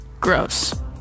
gross